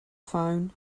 phone